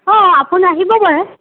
অঁ আপুনি আহিব পাৰে